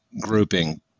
grouping